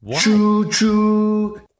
Choo-choo